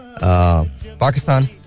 Pakistan